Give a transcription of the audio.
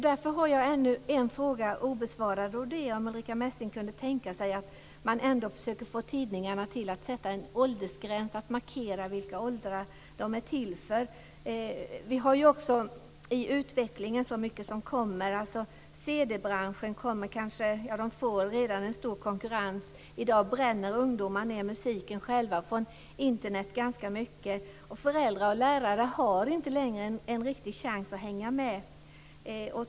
Därför har jag ännu en fråga obesvarad. Kan Ulrica Messing tänka sig att man ändå försöker få tidningarna till att sätta en åldersgräns för att markera vilka åldrar de är till för? Det är så mycket som kommer i utvecklingen framöver. CD-branchen har redan i dag en stor konkurrens. I dag "bränner" ungdomar ned musiken själva från Internet ganska mycket. Föräldrar och lärare har inte längre en riktig chans att hänga med.